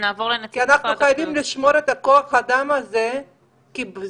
כי אנחנו חייבים לשמור את כוח האדם הזה כבסיס.